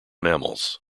mammals